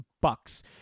Bucks